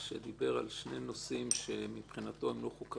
שדיבר על שני נושאים שמבחינתו הם לא חוקתיים